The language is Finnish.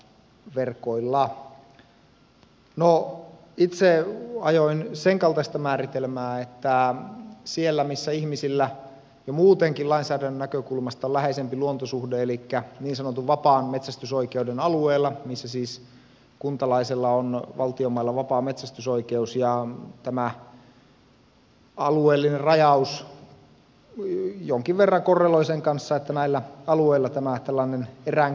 no itse ajoin sen kaltaista määritelmää että siellä missä ihmisillä jo muutenkin lainsäädännön näkökulmasta on läheisempi luontosuhde elikkä niin sanotun vapaan metsästysoikeuden alueella missä siis kuntalaisella on valtion mailla vapaa metsästysoikeus ja tämä alueellinen rajaus jonkin verran korreloi sen kanssa että näillä alueilla tämä tilanne erään